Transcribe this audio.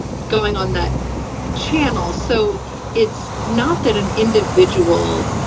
going on that channels. so it's not that an individual,